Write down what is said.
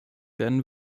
werden